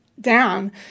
down